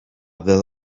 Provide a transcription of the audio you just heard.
will